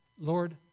Lord